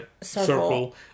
Circle